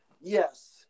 Yes